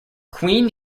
queen